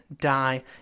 die